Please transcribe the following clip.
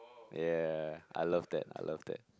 ya I love that I love that